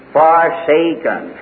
forsaken